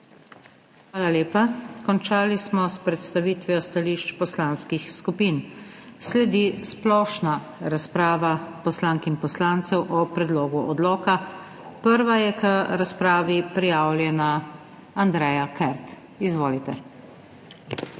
Hvala lepa. Končali smo s predstavitvijo stališč poslanskih skupin. Sledi splošna razprava poslank in poslancev o predlogu odloka. Prva je k razpravi prijavljena Andreja Kert. Izvolite.